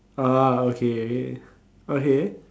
ah okay okay okay